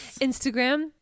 Instagram